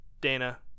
Dana